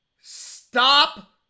stop